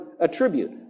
attribute